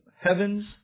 heavens